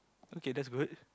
okay that's good